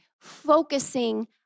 focusing